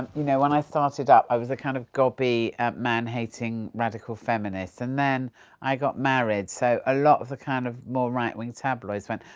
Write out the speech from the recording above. you know, when i started up i was a kind of gobby man-hating radical feminist and then i got married so a lot of the, kind of, more right-wing tabloids went,